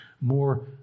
more